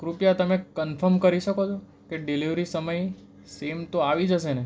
કૃપયા તમે કન્ફોર્મ કરી શકો છો કે ડિલેવરી સમય સેમ તો આવી જશેને